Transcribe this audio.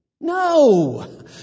No